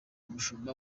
umushumba